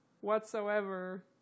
whatsoever